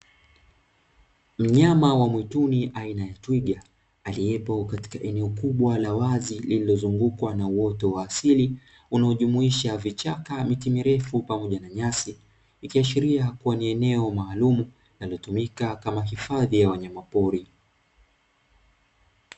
Mnyama wa mwituni aina ya twiga, aliyepo katika eneo kubwa la wazi lililozungukwa na uoto wa asili unaojumuisha vichaka, miti mirefu pamoja na nyasi. Ikiashiria kuwa ni eneo maalumu linalotumika kama hifadhi ya wanyama pori.